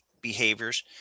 behaviors